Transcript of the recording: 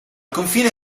confine